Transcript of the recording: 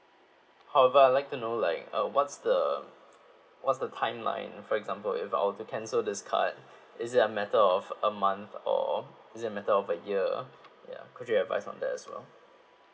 however I'd like to know like uh what's the what's the timeline for example if I were to cancel this card is it a matter of a month or is it a matter of a year uh ya could you advise on that as well